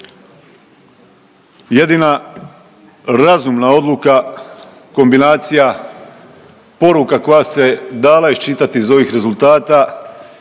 Jedina razumna odluka kombinacija poruka koja se dala iščitati iz ovih rezultata